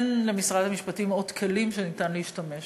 אין למשרד המשפטים עוד כלים שאפשר להשתמש בהם.